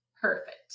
perfect